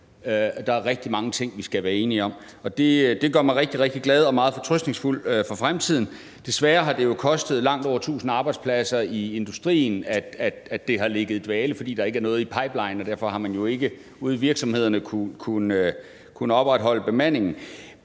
Der er rigtig mange ting, vi skal være enige om, og det gør mig rigtig, rigtig glad og meget fortrøstningsfuld for fremtiden. Desværre har det jo kostet langt over tusind arbejdspladser i industrien, at det har ligget i dvale, fordi der ikke er noget i pipelinen, og derfor har man jo ikke ude i virksomhederne kunnet opretholde bemandingen.